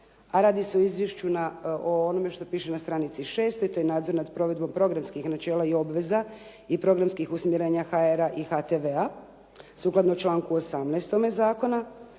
a radi se o izvješću o onome što piše na stranici 6., to je nadzor nad provedbom programskih načela i obveza i programskih usmjerenja HR-a i HTV-a, sukladno članku 18. zakona